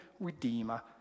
Redeemer